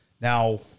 Now